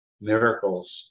miracles